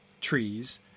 trees